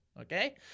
okay